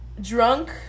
drunk